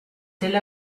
tel